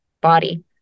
body